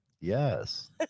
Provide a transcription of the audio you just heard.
Yes